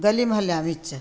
ਗਲੀ ਮੁਹੱਲਿਆਂ ਵਿੱਚ